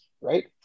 right